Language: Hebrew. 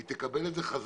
היא תקבל את זה בחזרה.